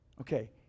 Okay